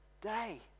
day